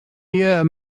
year